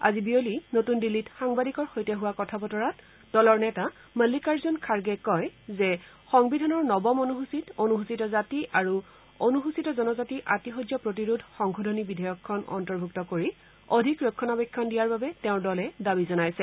আজি বিয়লি নতুন দিল্লীত সাংবাদিকৰ সৈতে হোৱা কথা বতৰাত দলৰ নেতা মাল্নিকাৰ্জুন খাৰ্গে কয় যে সংবিধানৰ নৱম অনুসূচীত অনুসূচিত জাতি আৰু অনুসূচিত জনজাতি সংশোধন বিধেয়কখন অন্তৰ্ভুক্ত কৰি অধিক ৰক্ষণাবেক্ষণ দিয়াৰ বাবে তেওঁৰ দলে দাবী জনাইছে